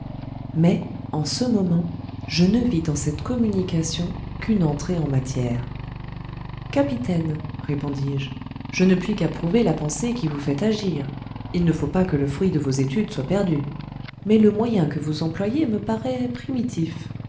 mais en ce moment je ne vis dans cette communication qu'une entrée en matière capitaine répondis-je je ne puis qu'approuver la pensée qui vous fait agir il ne faut pas que le fruit de vos études soit perdu mais le moyen que vous employez me paraît primitif